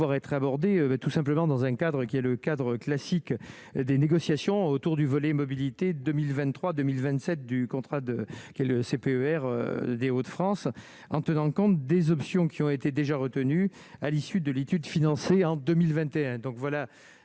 être abordée tout simplement dans un cadre qui est le cadre classique des négociations autour du volet mobilité 2023 2027 du contrat de le CPER Des Hauts-de-France en toute la rencontre des options qui ont été déjà retenue à l'issue de l'étude, financée en 2021, donc voilà,